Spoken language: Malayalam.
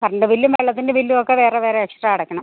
കറണ്ട് ബില്ലും വെള്ളത്തിൻ്റെ ബില്ലുമൊക്ക വേറെ വേറെ എക്സ്ട്രാ അടയ്ക്കണം